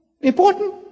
important